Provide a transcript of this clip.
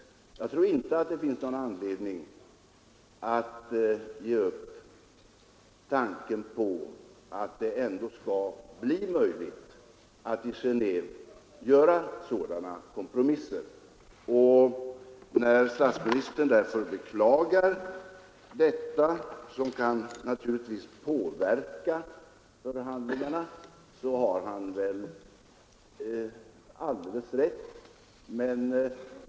Jag tror inte att det finns någon anledning att ge upp tanken på att det ändå skall bli möjligt att i Genéve nå sådana kompromisser. När statsministern därför beklagar vad som skett och som naturligtvis kan påverka förhandlingarna, så har han väl alldeles rätt.